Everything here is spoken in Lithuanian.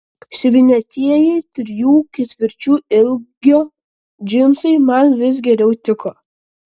siuvinėtieji trijų ketvirčių ilgio džinsai man vis geriau tiko